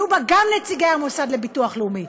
יהיו בה גם נציגי המוסד לביטוח לאומי.